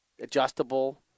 adjustable